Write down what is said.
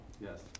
Yes